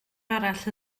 arall